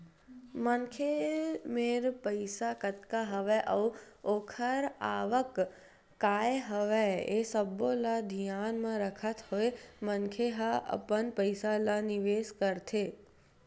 मनखे मेर पइसा कतका हवय अउ ओखर आवक काय हवय ये सब्बो ल धियान म रखत होय मनखे ह अपन पइसा ल निवेस करथे